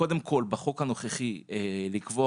קודם כל בחוק הנוכחי לקבוע,